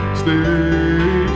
stay